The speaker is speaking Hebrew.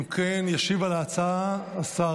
חבר הכנסת ניסים ואטורי,